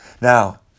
Now